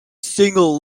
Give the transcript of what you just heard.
single